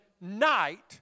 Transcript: night